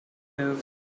move